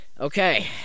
Okay